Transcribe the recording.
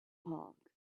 park